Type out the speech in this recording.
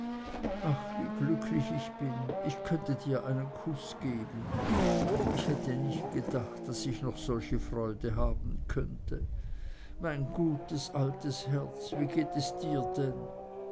ach wie glücklich ich bin ich könnte dir einen kuß geben ich hätte nicht gedacht daß ich noch solche freude haben könnte mein gutes altes herz wie geht es dir denn